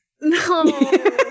No